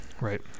Right